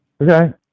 Okay